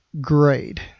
grade